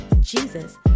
JESUS